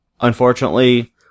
unfortunately